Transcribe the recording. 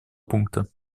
пункта